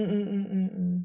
mm mm